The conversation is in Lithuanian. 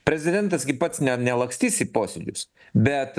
prezidentas gi pats ne nelakstys į posėdžius bet